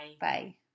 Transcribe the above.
Bye